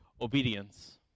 obedience